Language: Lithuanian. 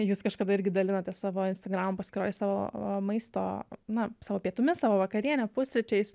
jūs kažkada irgi dalinotės savo instagram paskyroj savo maisto na savo pietumis savo vakariene pusryčiais